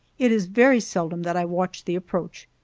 it is very seldom that i watch the approach,